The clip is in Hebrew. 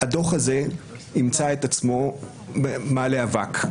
הדוח הזה ימצא את עצמו מעלה אבק.